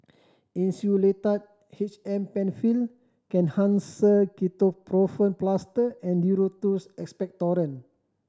Insulatard H M Penfill Kenhancer Ketoprofen Plaster and Duro Tuss Expectorant